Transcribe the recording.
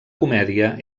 comèdia